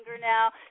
now